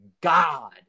God